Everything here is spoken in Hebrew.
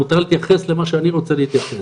מותר לי להתייחס למה שאני רוצה להתייחס,